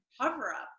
cover-up